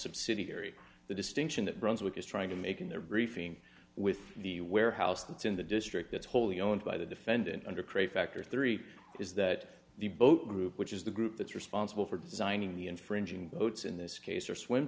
subsidiary the distinction that brunswick is trying to make in their briefing with the warehouse that's in the district that's wholly owned by the defendant under craig factor three is that the boat group which is the group that's responsible for designing the infringing boats in this case or swim